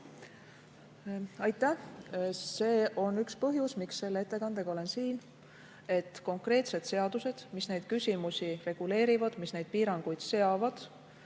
Aitäh! See on üks põhjus, miks ma olen selle ettekandega siin: et konkreetsed seadused, mis neid küsimusi reguleerivad ja piiranguid seavad,